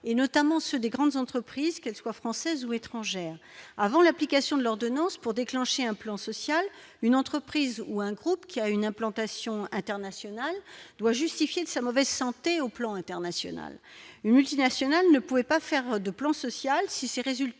notamment ceux des grandes entreprises, qu'elles soient françaises ou étrangères avant l'application de l'ordonnance pour déclencher un plan social, une entreprise ou un groupe qui a une implantation internationale doit justifier de sa mauvaise santé au plan international, multinationale ne pouvait pas faire de plan social si ces résultats